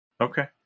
Okay